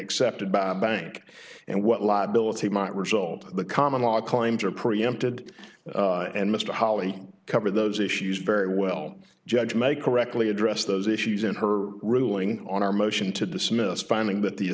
accepted by a bank and what liability might result the common law claims are preempted and mr holley covered those issues very well judge may correctly address those issues in her ruling on our motion to dismiss finding that the